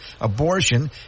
abortion